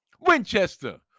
Winchester